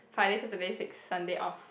Friday Saturday six Sunday off